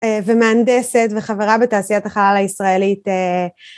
ומהנדסת וחברה בתעשיית החלל הישראלית